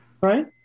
right